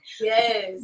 Yes